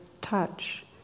touch